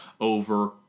Over